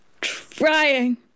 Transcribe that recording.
trying